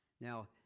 Now